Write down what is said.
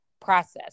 process